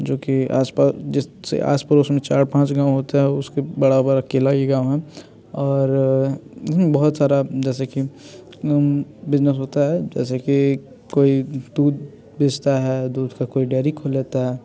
जो कि आस पास जिससे आस पड़ोस में चार पाँच गाँव होते हैं उसके बराबर अकेला ही गाँव है और हम्म बहुत सारा जैसे कि बिजनेस होता है जैसे कि कोई दूध बेचता है दूध का कोई डेयरी खोल लेता है